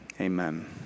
amen